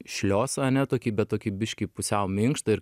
šliosą ane tokį bet tokį biškį pusiau minkštą ir